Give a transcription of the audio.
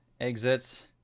exit